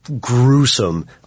gruesome